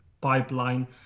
pipeline